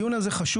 הדיון הזה חשוב,